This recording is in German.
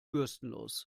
bürstenlos